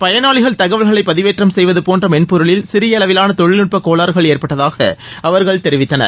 பயனாளிகளின் தகவல்களை பதிவேற்றம் செய்வது போன்ற மென்பொருளில் சிறிய அளவிலான தொழில்நுட்ப கோளாறுகள் ஏற்பட்டதாக அவர்கள் தெரிவித்தனர்